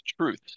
truths